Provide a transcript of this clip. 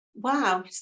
wow